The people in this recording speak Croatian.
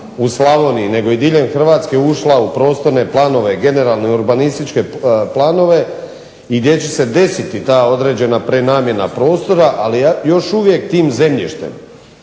u Slavoniji nego i diljem Hrvatska ušla u prostorne planove, generalne urbanističke planove i gdje će se desiti ta određena prenamjena prostora ali ja još uvijek tim zemljištem